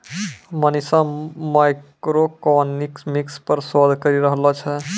Manisha macroeconomics पर शोध करी रहलो छै